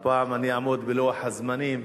הפעם אני אעמוד בלוח הזמנים.